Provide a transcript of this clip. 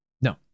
No